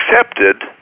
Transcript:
accepted